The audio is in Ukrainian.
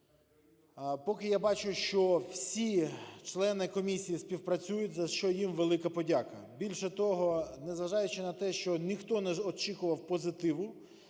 Поки я бачу, що всі члени комісії співпрацюють, за що їм велика подяка. Більше того, незважаючи на те, що ніхто не очікував позитиву,